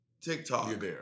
TikTok